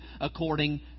according